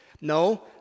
No